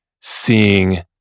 seeing